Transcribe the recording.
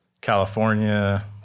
California